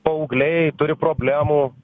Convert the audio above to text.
paaugliai turi problemų